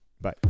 Bye